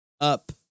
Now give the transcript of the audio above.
up